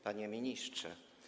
Panie Ministrze!